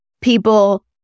people